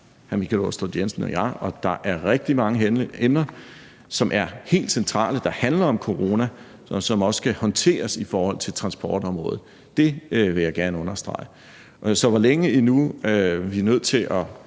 Og der er rigtig mange emner, som er helt centrale, der handler om corona, og som også skal håndteres i forhold til transportområdet. Det vil jeg gerne understrege. Så spørgsmålet om, hvor længe vi er nødt til at